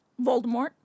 Voldemort